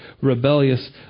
rebellious